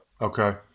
Okay